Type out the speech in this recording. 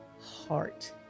heart